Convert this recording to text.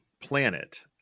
planet